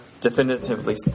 definitively